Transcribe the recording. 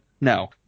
No